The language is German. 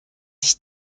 ich